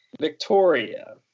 Victoria